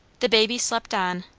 the baby slept on,